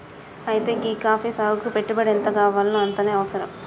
అయితే గీ కాఫీ సాగుకి పెట్టుబడి ఎంతగావాల్నో అంతనే అవసరం